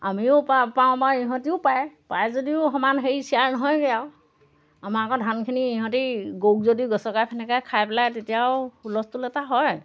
আমিও পাওঁ বা ইহঁতেও পায়ে পায় যদিও সমান হেৰি শ্বেয়াৰ নহয়গৈ আৰু আমাৰ আকৌ ধানখিনি ইহঁতে গৰুক যদি গছকাই ফেনেকাই খাই পেলাই তেতিয়াও হুলস্থুল এটা হয়